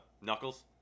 Knuckles